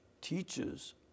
teaches